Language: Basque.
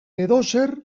edozer